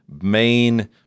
main